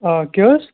آ کیٛاہ حظ